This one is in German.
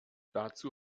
dazu